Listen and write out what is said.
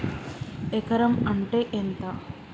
ఎకరం అంటే ఎంత?